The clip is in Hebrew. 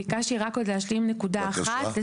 ביקשתי רק להשלים עוד נקודה אחת.